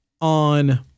on